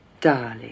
Darling